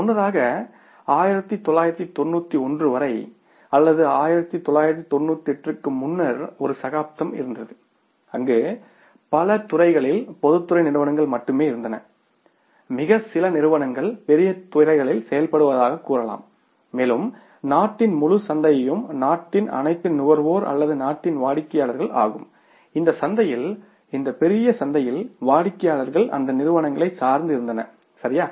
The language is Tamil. முன்னதாக 1991 வரை அல்லது 1991 க்கு முன்னர் ஒரு சகாப்தம் இருந்தது அங்கு பல துறைகளில் பொதுத்துறை நிறுவனங்கள் மட்டுமே இருந்தன மிகச் சில நிறுவனங்கள் பெரிய துறைகளில் செயல்படுவதாகக் கூறலாம் மேலும் நாட்டின் முழு சந்தையையும் நாட்டின் அனைத்து நுகர்வோர் அல்லது நாட்டின் வாடிக்கையாளர்கள் ஆகும்இந்த சந்தையில் இந்த பெரிய சந்தையில் வாடிக்கையாளர்கள் அந்த நிறுவனங்களை சார்ந்து இருந்தனர் சரியா